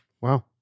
Wow